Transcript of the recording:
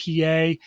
PA